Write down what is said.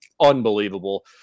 unbelievable